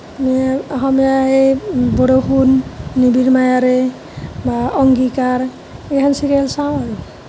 অসমীয়া এই বৰষুণ নিবিড় মায়াৰে বা অংগীকাৰ এইকেইখন ছিৰিয়েল চাওঁ আৰু